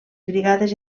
brigades